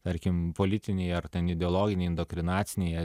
tarkim politiniai ar ten ideologiniai indoktrinaciniai